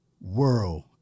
world